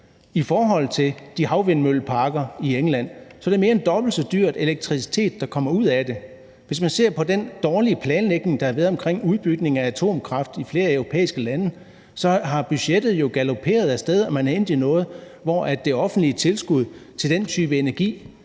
i forhold til havvindmølleparkerne i England, er det en mere end dobbelt så dyr elektricitet, der kommer ud af det. Hvis man ser på den dårlige planlægning, der har været omkring udbygningen af atomkraft i flere europæiske lande, har budgettet jo galoperet af sted, og man er endt i noget, hvor det offentlige tilskud til den type energi